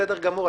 בסדר גמור,